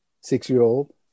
six-year-old